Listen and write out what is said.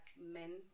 men